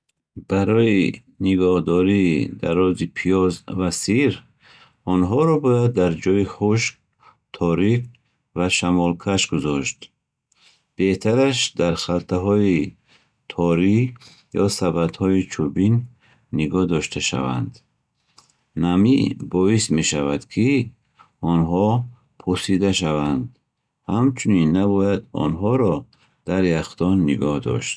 Барои нигоҳдории дарози пиёз ва сир, онҳоро бояд дар ҷои хушк, торик ва шамолкаш гузошт. Беҳтараш дар халтаҳои торӣ ё сабадҳои чӯбин нигоҳ дошта шаванд. Намӣ боис мешавад, ки онҳо пусида шаванд. Ҳамчунин, набояд онҳоро дар яхдон нигоҳ дошт.